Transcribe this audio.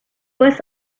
was